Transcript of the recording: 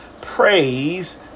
Praise